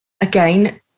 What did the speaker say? again